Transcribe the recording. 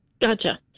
Gotcha